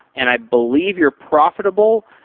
and i believe your profitable.